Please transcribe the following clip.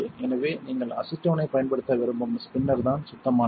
எனவே நீங்கள் அசிட்டோனைப் பயன்படுத்த விரும்பும் ஸ்பின்னர்தான் சுத்தமானது